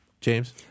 James